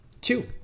Two